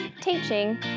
teaching